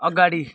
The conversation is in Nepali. अगाडि